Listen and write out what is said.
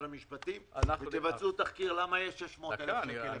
המשפטים ותבצעו תחקיר למה יש הבדל של 400,000 שקל.